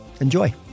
Enjoy